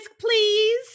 please